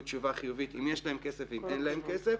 תשובה חיובית אם יש להם כסף ואם אין להם כסף.